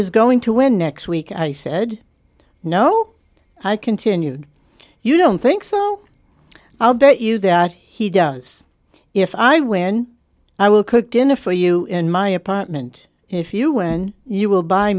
is going to win next week i said no i continued you don't think so i'll bet you that he does if i win i will cook dinner for you in my apartment if you when you will buy